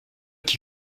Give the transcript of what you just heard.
qui